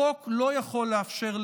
החוק לא יכול לאפשר,